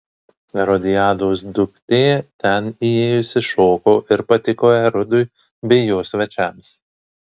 erodiados duktė ten įėjusi šoko ir patiko erodui bei jo svečiams